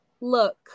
look